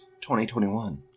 2021